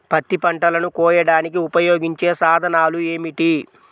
పత్తి పంటలను కోయడానికి ఉపయోగించే సాధనాలు ఏమిటీ?